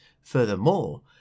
Furthermore